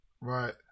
Right